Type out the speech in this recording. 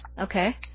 Okay